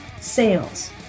sales